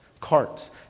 Carts